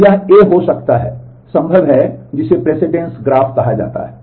तो यह ए हो सकता है संभव है जिसे पूर्ववर्ती ग्राफ कहा जाता है